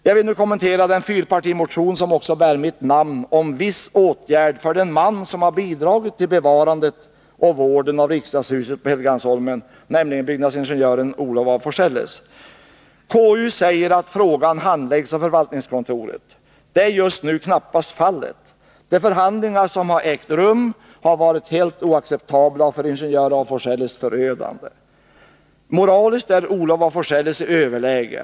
Jag vill nu kommentera den fyrpartimotion, som också bär mitt namn, om viss åtgärd för den man som bidragit till bevarandet och vården av riksdagshuset på Helgeandsholmen, nämligen byggnadsingenjören Olof af Forselles. Konstitutionsutskottet säger att frågan handläggs av förvaltningskontoret. Det är just nu knappast fallet. De förhandlingar som ägt rum har varit helt oacceptabla och för ingenjör af Forselles förödande. Moraliskt är Olof af Forselles i överläge.